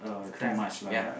crammed ya